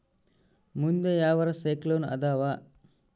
ಮುಂದೆ ಯಾವರ ಸೈಕ್ಲೋನ್ ಅದಾವ?